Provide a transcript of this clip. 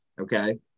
Okay